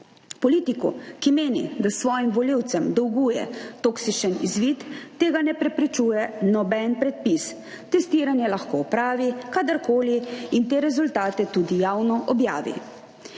Politiku, ki meni, da svojim volivcem dolguje toksičen izvid, tega ne preprečuje noben predpis. Testiranje lahko opravi kadarkoli in te rezultate tudi javno objavi.